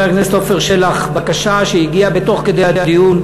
הכנסת עפר שלח בקשה שהגיעה תוך כדי הדיון,